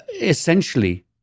essentially